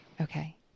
Okay